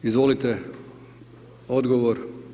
Izvolite, odgovor.